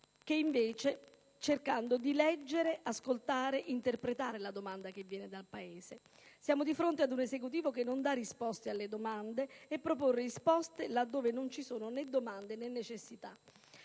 invece di leggere, ascoltare o interpretare la domanda che viene dal Paese. Siamo di fronte ad un Esecutivo che non dà risposte alle domande e propone risposte dove non ci sono né domande né necessità.